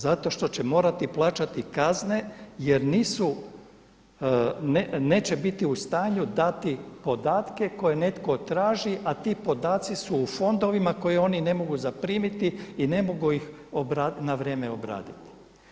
Zato što će morati plaćati kazne jer neće biti u stanju dati podatke koje netko traži, a ti podaci su u fondovima koje oni ne mogu zaprimiti i ne mogu ih na vrijeme obraditi.